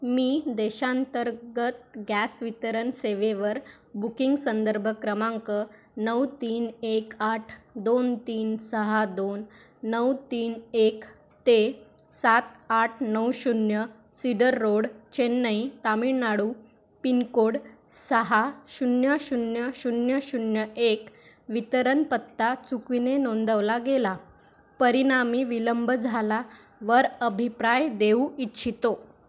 मी देशांतर्गत गॅस वितरण सेवेवर बुकिंग संदर्भ क्रमांक नऊ तीन एक आठ दोन तीन सहा दोन नऊ तीन एक ते सात आठ नऊ शून्य सिडर रोड चेन्नई तामिळनाडू पिनकोड सहा शून्य शून्य शून्य शून्य एक वितरण पत्ता चुकीने नोंदवला गेला परिणामी विलंब झाला वर अभिप्राय देऊ इच्छितो